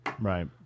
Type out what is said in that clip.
Right